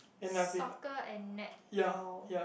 soccer and netball